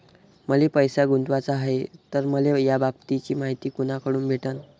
मले पैसा गुंतवाचा हाय तर मले याबाबतीची मायती कुनाकडून भेटन?